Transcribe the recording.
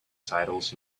titles